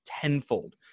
tenfold